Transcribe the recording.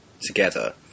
together